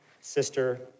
sister